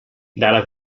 dalla